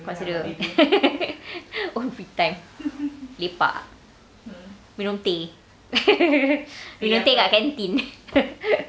consider own free time lepak minum teh minum teh kat lah canteen